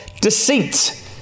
deceit